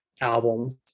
album